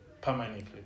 permanently